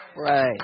right